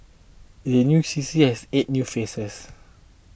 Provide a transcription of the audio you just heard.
the new C C has eight new faces